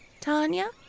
Tanya